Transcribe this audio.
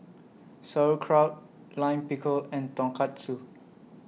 Sauerkraut Lime Pickle and Tonkatsu